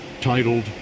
titled